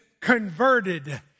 converted